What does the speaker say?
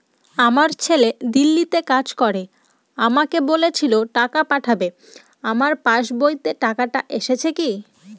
আমার ছেলে দিল্লীতে কাজ করে আমাকে বলেছিল টাকা পাঠাবে আমার পাসবইতে টাকাটা এসেছে কি?